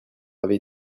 avait